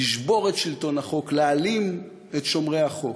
לשבור את שלטון החוק, להעלים את שומרי החוק.